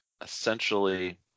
essentially